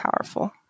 powerful